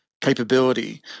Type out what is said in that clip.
capability